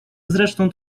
zresztą